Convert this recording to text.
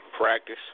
Practice